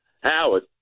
Howard